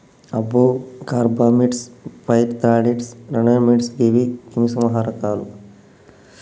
అబ్బో carbamates, pyrethroids, ryanoids గీవి క్రిమి సంహారకాలు